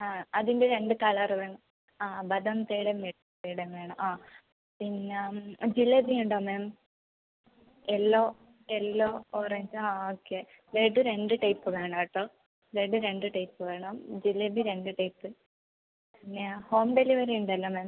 ആ അതിൻ്റെ രണ്ട് കളർ വേണം ആ ബദാം പേടയും മിൽക്ക് പേടയും വേണം ആ പിന്നെ ജിലേബി ഉണ്ടോ മാം യെല്ലോ യെല്ലോ ഓറഞ്ചോ ഓക്കെ ലഡു രണ്ട് ടൈപ്പ് വേണം കേട്ടോ ലഡു രണ്ട് ടൈപ്പ് വേണം ജിലേബി രണ്ട് ടൈപ്പ് പിന്നെ ഹോം ഡെലിവറി ഉണ്ടല്ലോ മാം